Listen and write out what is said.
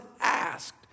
asked